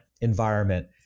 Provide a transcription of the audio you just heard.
environment